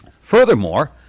Furthermore